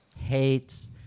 hates